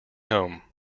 home